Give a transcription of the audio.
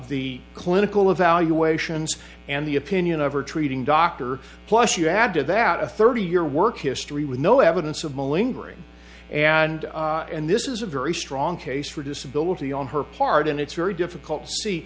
the clinical evaluations and the opinion of her treating doctor plus you add to that a thirty year work history with no evidence of bowling green and and this is a very strong case for disability on her part and it's very difficult to see